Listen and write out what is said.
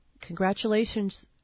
Congratulations